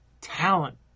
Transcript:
talent